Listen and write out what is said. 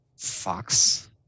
Fox